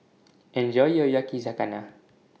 Enjoy your Yakizakana